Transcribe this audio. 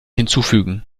hinzufügen